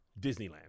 Disneyland